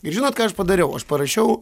ir žinot ką aš padariau aš parašiau